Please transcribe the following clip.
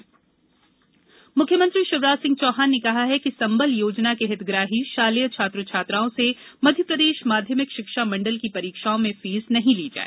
परीक्षा फीस संबल यो हितग्राही मुख्यमंत्री शिवराज सिंह चौहान ने कहा कि संबल योजना के हितग्राही शालेय छात्र छात्राओं से मध्यप्रदेश माध्यमिक शिक्षा मंडल की परीक्षाओं में फीस नहीं ली जाए